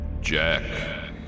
Jack